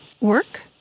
work